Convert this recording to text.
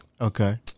Okay